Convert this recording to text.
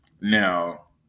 Now